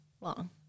Long